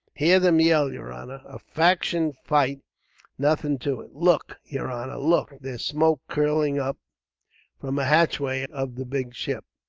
hear them yell, yer honor. a faction fight's nothing to it. look, yer honor, look! there's smoke curling up from a hatchway of the big ship.